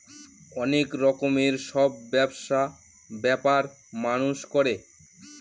অনেক রকমের সব ব্যবসা ব্যাপার মানুষ করে